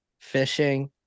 fishing